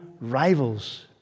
rivals